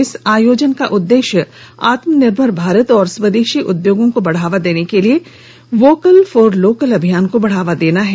इस आयोजन का उद्देश्य आत्मनिर्भर भारत और स्वदेशी उद्योगों को बढ़ावा देने के लिए वोकल फॉर लोकल अभियान को बढ़ावा देना है